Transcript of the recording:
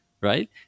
right